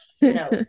No